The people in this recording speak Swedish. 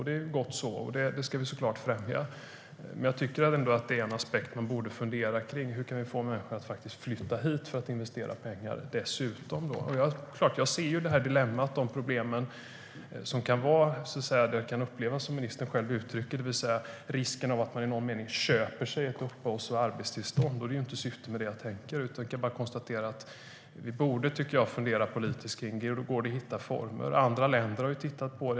Det är gott så, och det ska vi såklart främja. Men en aspekt man borde fundera på är hur vi kan få människor att faktiskt dessutom flytta hit för att investera pengar. Jag ser det dilemma och de problem som kan upplevas, det vill säga risken att man i någon mening köper ett uppehålls och arbetstillstånd. Det är inte mitt syfte. Vi borde fundera på om det går att hitta former för detta. Andra länder har tittat på det.